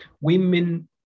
Women